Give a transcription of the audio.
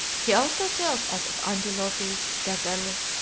he also tells us of antelopes, gazelles,